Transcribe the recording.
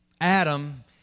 Adam